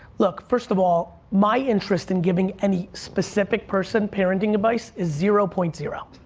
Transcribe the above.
look, first of all. my interest in giving any specific person parenting advice, is zero point zero,